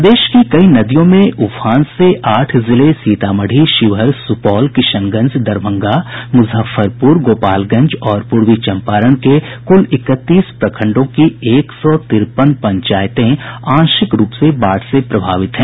प्रदेश की कई नदियों में उफान से आठ जिले सीतामढ़ी शिवहर सुपौल किशनगंज दरभंगा मुजफ्फरपुर गोपालगंज और पूर्वी चम्पारण के कुल इकतीस प्रखंडों की एक सौ तिरपन पंचायतें आंशिक रूप से बाढ़ से प्रभावित हैं